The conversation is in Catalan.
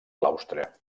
claustre